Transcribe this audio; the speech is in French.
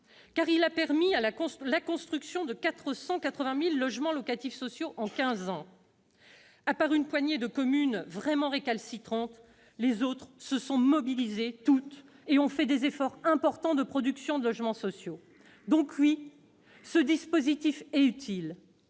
il a permis la construction de 480 000 logements locatifs sociaux en quinze ans. À part une poignée de communes vraiment récalcitrantes, les autres se sont toutes mobilisées et ont fait des efforts importants de production de logements sociaux. Tout à fait ! Donc, oui, ce dispositif est utile,